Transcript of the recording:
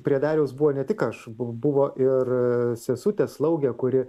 prie dariaus buvau ne tik aš bu buvo ir sesutė slaugė kuri